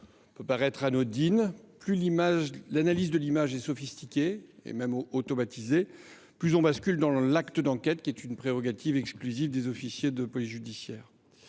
peut paraître anodine, plus l’analyse de l’image est sophistiquée et même automatisée, plus on bascule dans l’acte d’enquête, qui est une prérogative exclusive des officiers de police judiciaire.